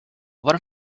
one